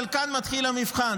אבל כאן מתחיל המבחן.